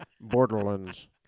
Borderlands